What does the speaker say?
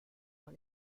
dans